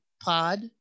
pod